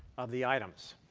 of the items